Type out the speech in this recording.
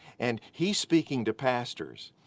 and he's speaking to pastors.